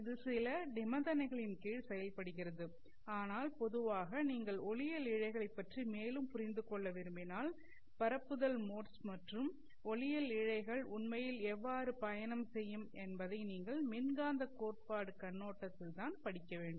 இது சில நிபந்தனைகளின் கீழ் செயல்படுகிறது ஆனால் பொதுவாக நீங்கள் ஒளியியல் இழைகளின் பற்றி மேலும் புரிந்து கொள்ள விரும்பினால் பரப்புதல் மோட்ஸ் மற்றும் ஒளியியல் இழைகள் உண்மையில் எவ்வாறு பயணம் செய்யும் என்பதை நீங்கள் மின்காந்தக் கோட்பாட்டுக் கண்ணோட்டத்தில் தான் படிக்க வேண்டும்